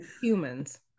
humans